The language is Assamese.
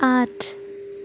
আঠ